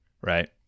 right